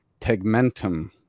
Tegmentum